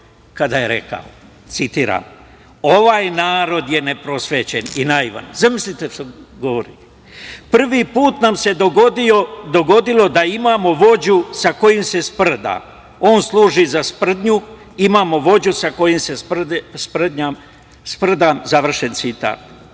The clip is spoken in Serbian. kada je rekao, citiram: „Ovaj narod je neprosvećen i naivan“. Zamislite šta govori. „Prvi put nam se dogodilo da imamo vođu sa kojim se sprda. On služi za sprdnju. Imamo vođu sa kojim se sprdam“, završen citat. Ima